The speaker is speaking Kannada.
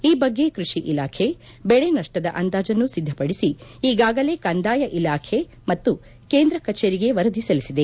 ಈ ಬಗ್ಗೆ ಕೃಷಿ ಇಲಾಖೆ ಬೆಳೆ ನಷ್ಟದ ಅಂದಾಜನ್ನು ಸಿದ್ಧಪಡಿಸಿ ಈಗಾಲೇ ಕಂದಾಯ ಇಲಾಖೆಗೆ ಮತ್ತು ಕೇಂದ್ರ ಕಚೇರಿಗೆ ವರದಿ ಸಲ್ಲಿಸಿದೆ